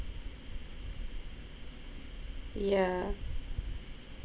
yeah